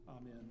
Amen